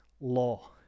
law